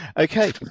Okay